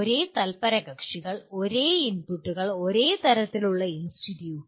ഒരേ തല്പരകക്ഷികൾ ഒരേ ഇൻപുട്ടുകൾ ഒരേ തരത്തിലുള്ള ഇൻസ്റ്റിറ്റ്യൂട്ട്